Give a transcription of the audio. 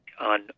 on